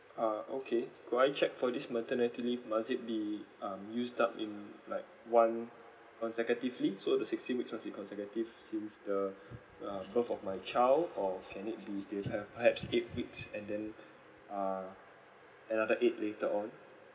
uh okay could I check for this maternity leave must it be um used up in like one consecutively so the sixteen weeks of it consecutive since the um birth of my child or can it be half perhaps eight weeks and then uh another eight later on